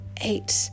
Eight